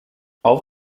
auch